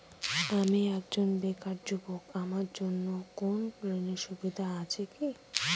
আমি একজন বেকার যুবক আমার জন্য কোন ঋণের সুবিধা আছে কি?